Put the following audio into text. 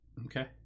Okay